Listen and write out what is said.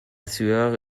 sueur